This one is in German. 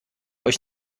euch